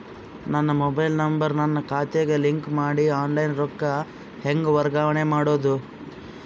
ನನ್ನ mobile number ನನ್ನ ಖಾತೆಗೆ ಲಿಂಕ್ ಮಾಡಿ ಆನ್ಲೈನ್ ರೊಕ್ಕ ಹೆಂಗ ವರ್ಗಾವಣೆ ಮಾಡೋದು?